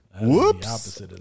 Whoops